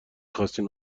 خواستین